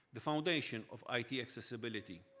the foundation of i t. accessibility,